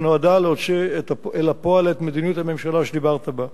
שנועדה להוציא לפועל את מדיניות הממשלה שדיברת עליה.